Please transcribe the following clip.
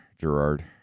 Gerard